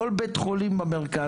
כל בית חולים במרכז,